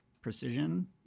precision